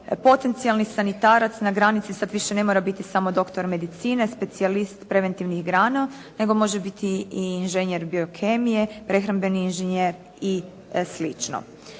Potencijalni sanitarac na granici sad više ne mora biti samo doktor medicine, specijalist preventivnih grana, nego može biti i inženjer biokemije, prehrambeni inženjer i